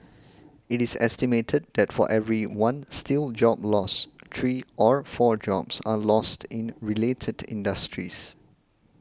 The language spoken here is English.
it is estimated that for every one steel job lost three or four jobs are lost in related industries